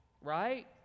Right